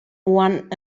one